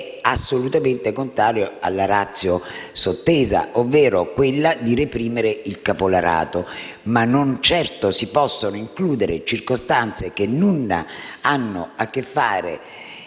assolutamente contraria alla *ratio* sottesa, ovvero quella di reprimere il caporalato, perché di certo non si possono includere circostanze che nulla hanno a che fare